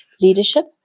leadership